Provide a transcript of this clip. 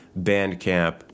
Bandcamp